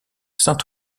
saint